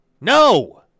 No